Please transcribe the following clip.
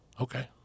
Okay